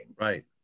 right